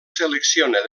selecciona